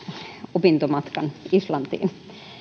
opintomatkan islantiin